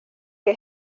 que